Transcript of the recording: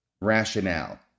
rationale